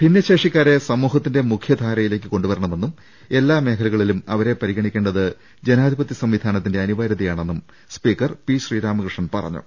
ഭിന്നശേഷിക്കാരെ സമൂഹത്തിന്റെ മുഖൃധാരയിലേക്ക് കൊണ്ടുവരണമെന്നും എല്ലാ മേഖലകളിലും അവരെ പരിഗണിക്കേണ്ടത് ജനാധിപത്യ സംവിധാനത്തിന്റെ അനിവാര്യതയാണെന്നും സ്പീക്കർ ശ്രീരാമകൃഷ്ണൻ പറഞ്ഞു